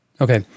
Okay